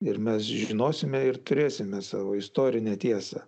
ir mes žinosime ir turėsime savo istorinę tiesą